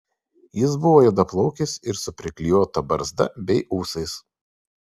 jis buvo juodaplaukis ir su priklijuota barzda bei ūsais